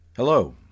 Hello